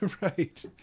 Right